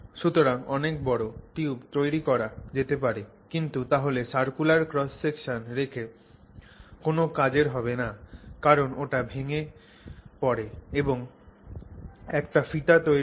সুতরাং অনেক বড় টিউব তৈরি করা যেতে পারে কিন্তু তাহলে সার্কুলার ক্রস সেকশন রেখে কোন কাজের হবে না কারণ ওটা ভেঙ্গে পরে এবং একটা ফিতা তৈরি হয়